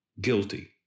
guilty